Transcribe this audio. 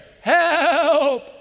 Help